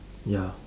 ya